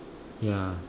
ya